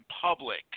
public